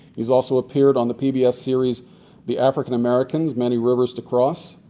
he has also appeared on the pbs series the african americans many rivers to cross,